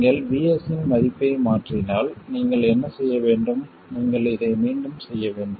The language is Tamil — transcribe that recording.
நீங்கள் VS இன் மதிப்பை மாற்றினால் நீங்கள் என்ன செய்ய வேண்டும் நீங்கள் இதை மீண்டும் செய்ய வேண்டும்